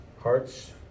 hearts